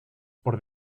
por